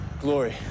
Glory